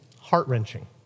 heart-wrenching